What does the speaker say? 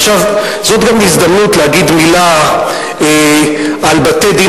עכשיו, זאת גם הזדמנות להגיד מלה על בתי-דין.